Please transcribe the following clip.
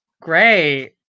Great